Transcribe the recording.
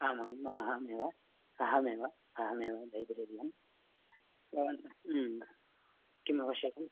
आमाम् अहमु अहमेव अहमेव लैबरेरियन् भवान् किम् आवश्यकं